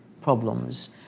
problems